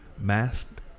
Masked